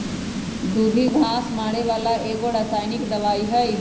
दुभी घास मारे बला एगो रसायनिक दवाइ हइ